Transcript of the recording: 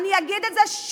אני אגיד את זה שוב,